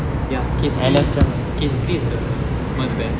ya K_C K_C three is the one where